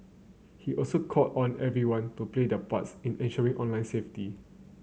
he also called on everyone to play their parts in ensuring online safety